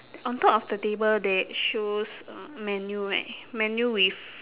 on top of the table that shows a menu right menu with